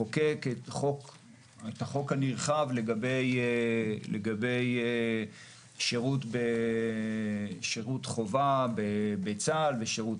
לחוקק את החוק הנרחב לגבי שירות חובה בצה"ל ושירות